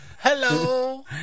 Hello